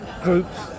groups